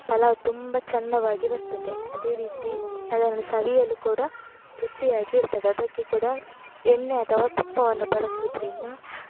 ಪಲಾವು ತುಂಬ ಚೆಂದವಾಗಿ ಬರ್ತದೆ ಅದೇ ರೀತಿ ಅದನ್ನು ಸವಿಯಲು ಕೂಡ ರುಚಿಯಾಗಿರ್ತದೆ ಅದಕ್ಕೆ ಕೂಡ ಎಣ್ಣೆ ಅಥವಾ ತುಪ್ಪವನ್ನು ಬಳಸುವುದ್ರಿಂದ